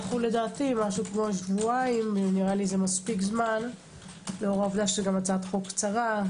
נראה לי ששבועיים זה מספיק זמן לאור העובדה שהצעת החוקר קצרה,